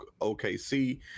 OKC